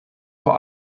vor